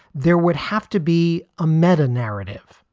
there would have to be a meta narrative,